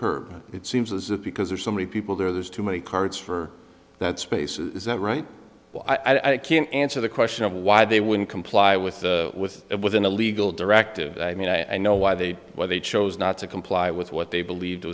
curb it seems as if because there are so many people there there's too many cards for that space is that right i can answer the question of why they wouldn't comply with with with an illegal directive i mean i know why they why they chose not to comply with what they believe